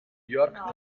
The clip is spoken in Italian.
york